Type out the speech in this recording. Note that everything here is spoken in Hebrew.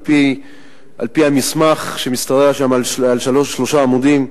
על-פי המסמך שמשתרע שם על שלושה עמודים,